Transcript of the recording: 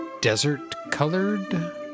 Desert-colored